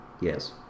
Yes